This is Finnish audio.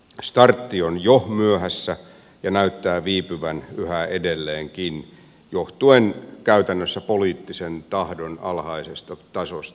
startti on jo myöhässä ja näyttää viipyvän yhä edelleenkin johtuen käytännössä poliittisen tahdon alhaisesta tasosta